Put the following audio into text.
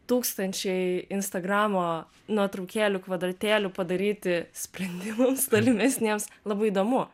tūkstančiai instagramo nuotraukėlių kvadratėlių padaryti sprendimus tolimesniems labai įdomu